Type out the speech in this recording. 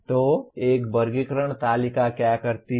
तो एक वर्गीकरण तालिका क्या करती है